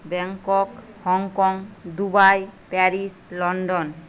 Bangkok Hong Kong Dubai Paris London